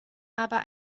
aber